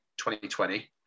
2020